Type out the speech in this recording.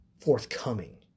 forthcoming